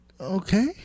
okay